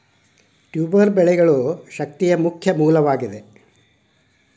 tuber ಬೆಳೆಗಳು ಶಕ್ತಿಯ ಮುಖ್ಯ ಮೂಲವಾಗಿದೆ